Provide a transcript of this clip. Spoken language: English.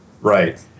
Right